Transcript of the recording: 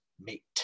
mate